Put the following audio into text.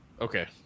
Okay